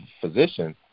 physician